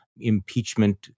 impeachment